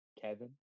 Kevin